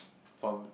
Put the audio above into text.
from